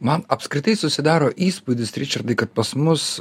man apskritai susidaro įspūdis ričardai kad pas mus